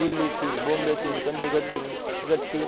દિલ્હીથી ને બોમ્બેથી ને ચંદીગઢથી ને